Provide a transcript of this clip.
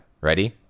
Ready